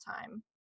time